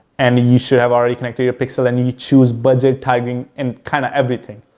and you should have already connected your pixel and you choose budget, tagging, and kind of everything.